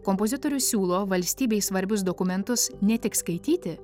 kompozitorius siūlo valstybei svarbius dokumentus ne tik skaityti